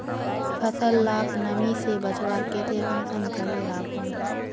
फसल लाक नमी से बचवार केते कुंसम करे राखुम?